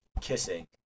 kissing